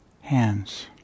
hands